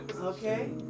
Okay